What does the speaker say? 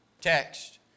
text